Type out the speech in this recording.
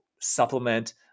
supplement